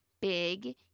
big